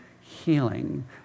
healing